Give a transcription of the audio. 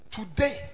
Today